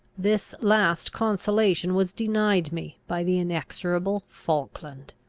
this last consolation was denied me by the inexorable falkland.